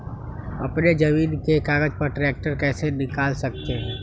अपने जमीन के कागज पर ट्रैक्टर कैसे निकाल सकते है?